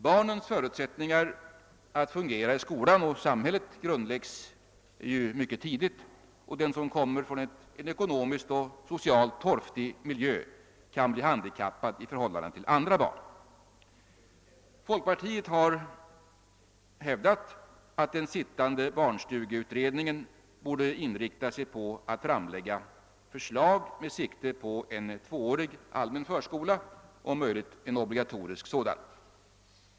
Barnens förutsättningar att fungera i skolan och samhället grundläggs ju mycket tidigt, och den som kommer från en ekonomiskt och socialt torftig miljö kan bli handikappad i förhållande till andra barn. Folkpartiet har hävdat att den sittande barnstugeutredningen borde inrikta sig på att framlägga förslag med sikte på en tvåårig allmän förskola, om möjligt en obligatorisk sådan.